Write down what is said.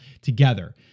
together